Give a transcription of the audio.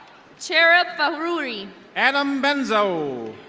tara braruhey. adam benzo.